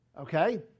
Okay